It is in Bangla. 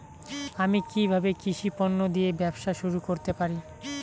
আমি কিভাবে কৃষি পণ্য দিয়ে ব্যবসা শুরু করতে পারি?